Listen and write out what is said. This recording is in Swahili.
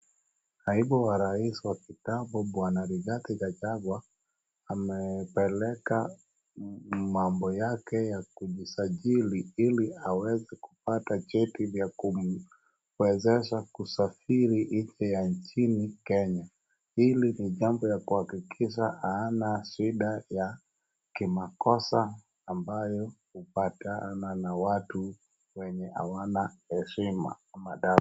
Naibu wa rais wa kitambo bwana Rigathi Gachagua amepeleka mambo yake ya kujisajili ili aweze kupata cheti cha kumwezesha kusafiri nje ya nchini Kenya, ili mitambo ya kuhakikisha hana shida ya kimakosa ambayo upatana na watu wenye hawana heshima ama adabu.